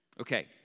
Okay